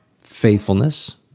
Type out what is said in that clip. faithfulness